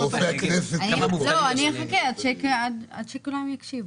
לא, אני אחכה עד שכולם יקשיבו.